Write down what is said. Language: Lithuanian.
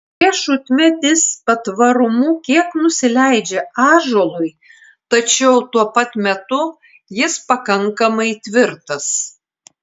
riešutmedis patvarumu kiek nusileidžia ąžuolui tačiau tuo pat metu jis pakankamai tvirtas